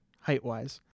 height-wise